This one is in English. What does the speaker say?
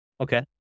Okay